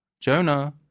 Jonah